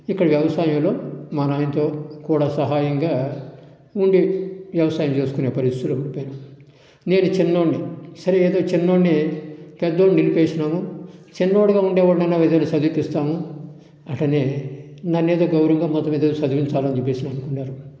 ఇక్కడ వ్యవసాయంలో మా నాయనతో కూడా సహాయంగా ఉండి వ్యవసాయం చేసే పరిస్థితిలో నేను చిన్నోడిని సరే ఏదో చిన్నోడిని పెద్దోడిని నిలిపేసినాము చిన్నోడిగా ఉండే వాడినైనా చదువుపిస్తాము అట్టని నన్ను ఏదో గౌరవంగా మొత్తం మీద చదివించాలని చెప్పేసి అనుకున్నారు